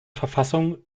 verfassung